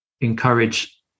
encourage